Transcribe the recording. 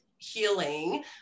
healing